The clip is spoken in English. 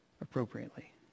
appropriately